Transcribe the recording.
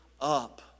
up